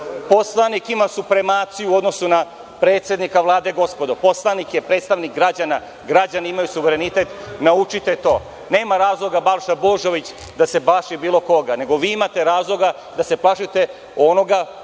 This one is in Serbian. Poslanik ima supremaciju u odnosu na predsednika Vlade, gospodo, poslanik je predstavnik građana, građani imaju suverenitet. Naučite to. Nema razloga da se Balša Božović plaši bilo koga, nego vi imate razloga da se plašite onoga